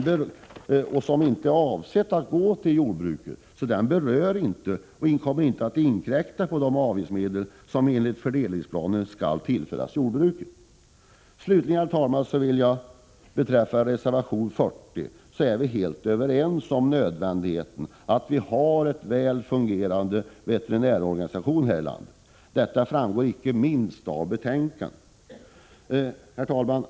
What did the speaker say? Dessa medel är inte avsedda att gå till jordbruket och kommer alltså inte att inkräkta på de avgiftsmedel som enligt fördelningsplanen skall tillföras jordbruket. Jag vill slutligen beträffande reservation 40 framhålla att vi är helt överens om nödvändigheten av en väl fungerande veterinärorganisation i landet. Detta framgår klart av betänkandet. Herr talman!